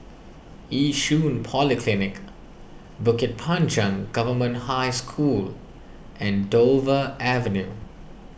Yishun Polyclinic Bukit Panjang Government High School and Dover Avenue